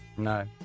No